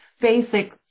basic